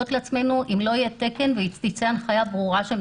לעצמנו אם לא יהיה תקן ותצא הנחיה ברורה.